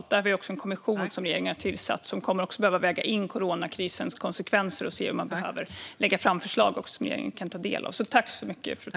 Regeringen har tillsatt en kommission gällande detta, som också kommer att behöva väga in coronakrisens konsekvenser och se vilka förslag man behöver lägga fram. Detta får regeringen sedan ta del av.